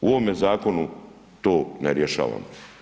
U ovome zakonu to ne rješavamo.